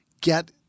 get